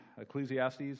Ecclesiastes